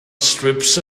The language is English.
strips